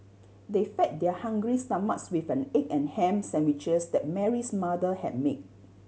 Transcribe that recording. they fed their hungry stomachs with an egg and ham sandwiches that Mary's mother have made